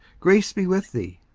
grace be with thee.